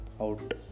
out